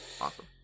awesome